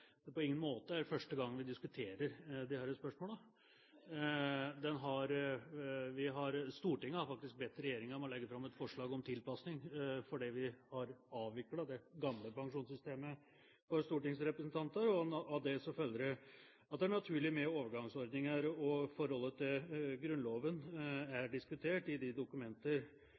det på ingen måte er første gang vi diskuterer disse spørsmålene. Stortinget har faktisk bedt regjeringen om å legge fram et forslag om tilpasning fordi vi har avviklet det gamle pensjonssystemet for stortingsrepresentanter, og av det følger det at det er naturlig med overgangsordninger. Forholdet til Grunnloven er diskutert i de